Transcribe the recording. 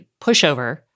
pushover